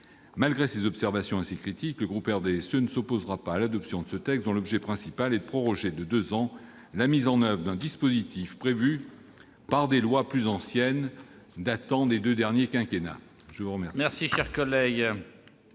Malgré ces observations et ces critiques, le groupe du RDSE ne s'opposera pas à l'adoption de ce texte, dont l'objet principal est de proroger de deux ans la mise en oeuvre d'un dispositif prévu par des lois plus anciennes, datant des deux précédents quinquennats. La parole est à M. François